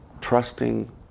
trusting